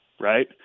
right